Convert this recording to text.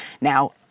now